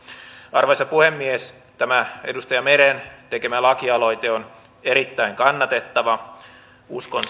arvoisa puhemies tämä edustaja meren tekemä lakialoite on erittäin kannatettava uskon